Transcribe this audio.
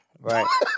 Right